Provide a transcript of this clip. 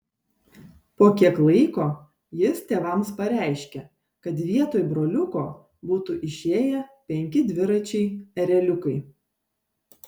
po kiek laiko jis tėvams pareiškė kad vietoj broliuko būtų išėję penki dviračiai ereliukai